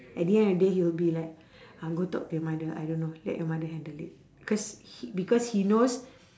at the end of the day he'll be like uh go talk to your mother I don't know let your mother handle it because he because he knows